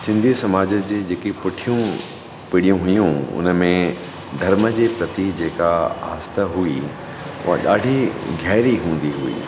सिंधी समाज जी जेकी पुठियूं पीढ़ियूं हुयूं उनमें धर्म जे प्रति जेका आस्था हुई उहा ॾाढी गहिरी हूंदी हुई